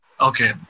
Okay